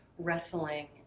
wrestling